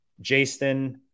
jason